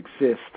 exist